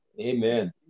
Amen